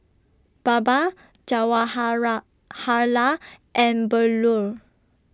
Baba Jawaharlal and Bellur